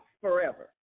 forever